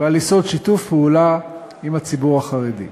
ועל יסוד שיתוף פעולה עם הציבור החרדי.